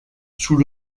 sous